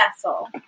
vessel